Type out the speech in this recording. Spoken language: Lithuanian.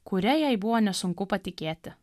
kuria jai buvo nesunku patikėti